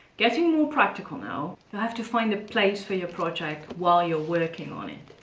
getting more practical now, you have to find a place for your project while you're working on it.